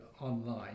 online